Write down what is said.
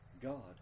God